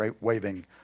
waving